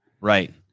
Right